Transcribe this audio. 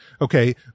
Okay